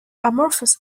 amorphous